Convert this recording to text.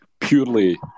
Purely